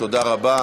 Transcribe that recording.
תודה רבה.